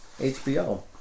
HBO